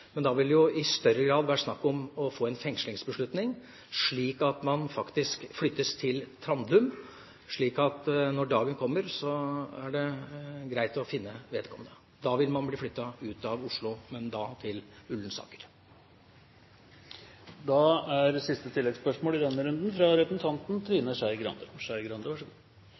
men da vil det jo i større grad være snakk om å få en fengslingsbeslutning, slik at man faktisk flyttes til Trandum. Når så dagen kommer, er det greit å finne vedkommende. Da vil man bli flyttet ut av Oslo, men da til Ullensaker. Trine Skei Grande – til oppfølgingsspørsmål. Jeg er